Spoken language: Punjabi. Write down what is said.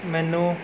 ਮੈਨੂੰ